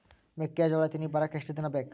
ಮೆಕ್ಕೆಜೋಳಾ ತೆನಿ ಬರಾಕ್ ಎಷ್ಟ ದಿನ ಬೇಕ್?